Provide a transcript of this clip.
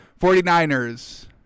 49ers